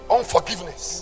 Unforgiveness